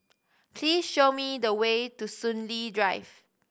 please show me the way to Soon Lee Drive